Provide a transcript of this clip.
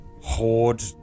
Horde